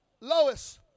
Lois